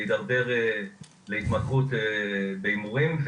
שהתדרדר להתמכרות בהימורים,